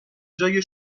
جای